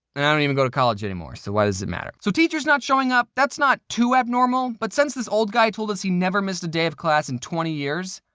and i don't even go college anymore, so why does it matter? so teachers not showing up that's not too abnormal. but since this old guy told us he never missed a day of class in twenty years,